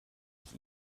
ich